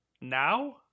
Now